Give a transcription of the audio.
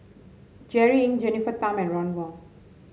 Jerry Ng Jennifer Tham and Ron Wong